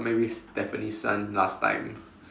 or maybe Stephanie Sun last time